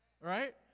Right